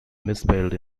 misspelled